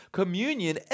communion